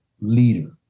leader